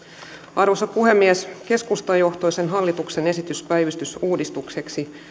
arvoisa puhemies keskustajohtoisen hallituksen esitys päivystysuudistukseksi